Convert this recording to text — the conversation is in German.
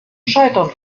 scheitern